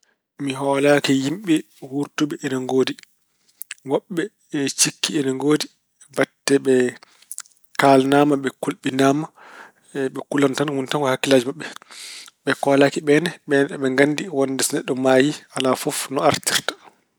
Mi holaaki yimɓe wuurtuɓe ina ngoodi. Woɓɓe ina cikki ina ngoodi batte ɓe kaalnaama, ɓe kulɓinaama. Ɓe kulantan. Woni tan ko e hakkilaaji maɓɓe. Ɓe kolaaki ɓe ne ina ganndi wonde so neɗɗo maayi alaa fof no artirta.